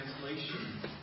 translation